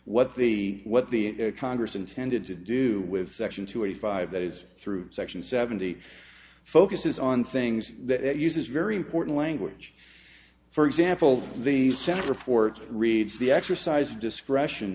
what the what the congress intended to do with section two hundred five that is through section seventy focuses on things that uses very important language for example the senate report reads the exercise discretion